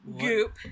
Goop